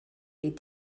les